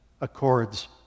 accords